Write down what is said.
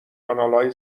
کانالهای